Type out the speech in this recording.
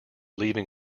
leaving